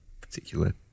particular